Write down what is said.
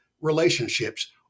relationships